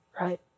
right